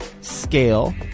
scale